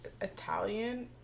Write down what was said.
italian